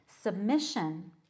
submission